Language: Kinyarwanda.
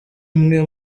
imwe